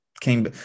came